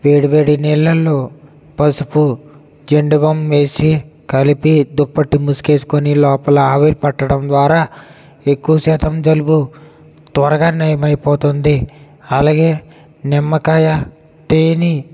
వేడి వేడి నీళ్ళలో పసుపు జండు బామ్ వేసి కలిపి దుప్పటి ముసుగు వేసుకుని లోపల ఆవిరి పట్టడం ద్వారా ఎక్కువ శాతం జలుబు త్వరగా నయమైపోతుంది అలాగే నిమ్మకాయ తేనె